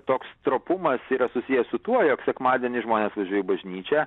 toks stropumas yra susiję su tuo jog sekmadienį žmonės važiuoja į bažnyčią